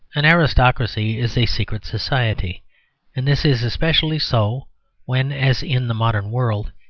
an aristocracy is a secret society and this is especially so when, as in the modern world,